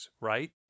right